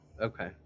Okay